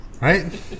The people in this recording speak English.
right